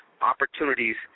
opportunities